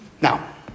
Now